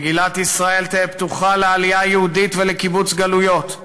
"מדינת ישראל תהא פתוחה לעלייה יהודית ולקיבוץ גלויות,